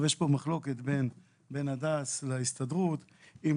יש כאן מחלוקת בין הדס להסתדרות האם